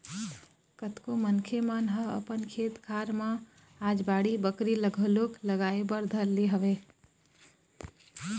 कतको मनखे मन ह अपन खेत खार मन म आज बाड़ी बखरी घलोक लगाए बर धर ले हवय